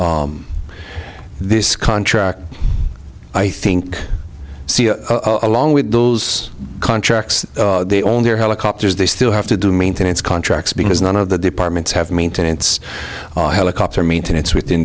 this contract i think a long with those contracts they own their helicopters they still have to do maintenance contracts because none of the departments have maintenance helicopter maintenance within